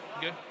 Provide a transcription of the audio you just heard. Good